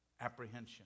apprehension